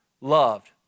loved